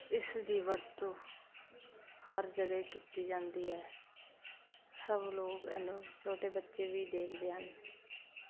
ਇਸ ਦੀ ਵਰਤੋਂ ਹਰ ਜਗ੍ਹਾ ਕੀਤੀ ਜਾਂਦੀ ਹੈ ਸਭ ਲੋਗ ਇਹਨੂੰ ਛੋਟੇ ਬੱਚੇ ਵੀ ਦੇਖਦੇ ਹਨ